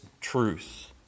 truth